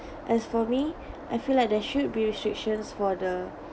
as for me I feel like there should be restrictions for the